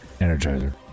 Energizer